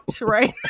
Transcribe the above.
right